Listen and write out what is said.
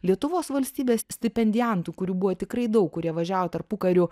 lietuvos valstybės stipendijantų kurių buvo tikrai daug kurie važiavo tarpukariu